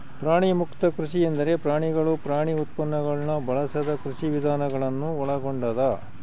ಪ್ರಾಣಿಮುಕ್ತ ಕೃಷಿ ಎಂದರೆ ಪ್ರಾಣಿಗಳು ಪ್ರಾಣಿ ಉತ್ಪನ್ನಗುಳ್ನ ಬಳಸದ ಕೃಷಿವಿಧಾನ ಗಳನ್ನು ಒಳಗೊಂಡದ